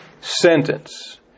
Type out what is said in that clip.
sentence